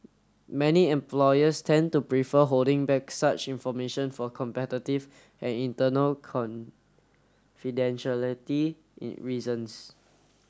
many employers tend to prefer holding back such information for competitive and internal confidentiality reasons